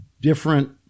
different